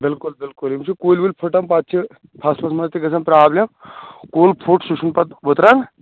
بالکل بالکل یمِ چھِ کُلۍ وُلۍ پھٕٹان پَتہٕ چھِ فصلس منٛز تہِ گژھان پرابلِم کُلۍ پُھٹ سُے چھُنہٕ پَتہٕ وٕتران